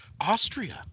Austria